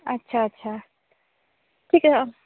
আচ্ছা আচ্ছা ঠিক আছে অঁ